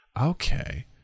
Okay